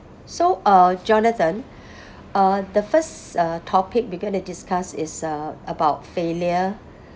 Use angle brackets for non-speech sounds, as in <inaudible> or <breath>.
so uh jonathan <breath> uh the first uh topic we're gonna discuss is uh about failure